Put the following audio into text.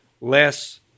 less